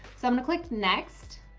so i'm gonna click next.